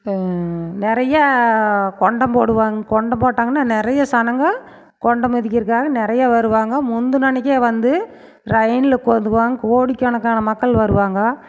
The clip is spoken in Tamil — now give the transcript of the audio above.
நிறையா குண்டம் போடுவாங் குண்டம் போட்டாங்கனால் நிறைய ஜனங்க குண்டம் மிதிக்கிறதுகாக நிறையா வருவாங்க முந்தின அன்னிக்கே வந்து ரையினில் உக்காந்துவாங்க கோடிக்கணக்கான மக்கள் வருவாங்க